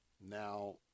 Now